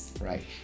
Right